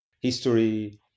history